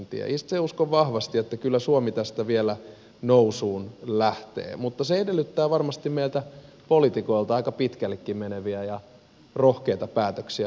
itse uskon vahvasti että kyllä suomi tästä vielä nousuun lähtee mutta se edellyttää varmasti meiltä poliitikoilta aika pitkällekin meneviä ja rohkeita päätöksiä matkan varrella